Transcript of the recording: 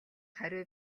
хариу